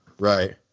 Right